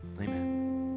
Amen